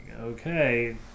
okay